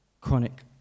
chronic